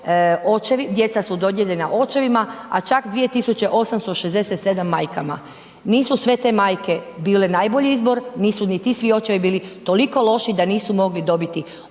djeca su dodijeljena očevima a čak 2867 majkama. Nisu sve te majke bile najbolji izbor, nisu ni ti svi očevi bili toliko loši da nisu mogli dobiti